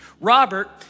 Robert